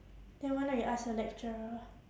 then why not you ask your lecturer